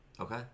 Okay